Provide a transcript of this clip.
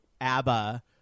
abba